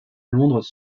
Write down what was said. londres